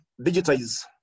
digitize